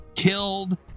Killed